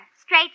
straight